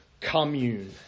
commune